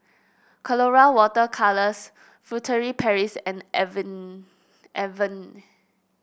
Colora Water Colours Furtere Paris and Avene Avene